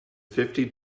fifty